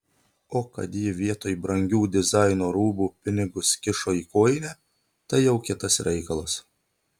o kad ji vietoj brangių dizaino rūbų pinigus kišo į kojinę tai jau kitas reikalas